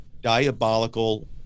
diabolical